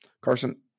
carson